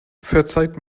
verzeiht